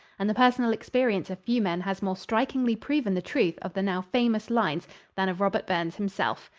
and the personal experience of few men has more strikingly proven the truth of the now famous lines than of robert burns himself!